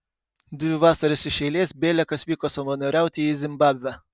dvi vasaras iš eilės bėliakas vyko savanoriauti į zimbabvę